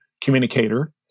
communicator